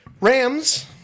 Rams